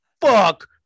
fuck